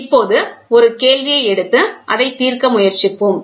இப்போது ஒரு கேள்வியை எடுத்து அதை தீர்க்க முயற்சிப்போம்